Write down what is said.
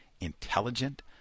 intelligent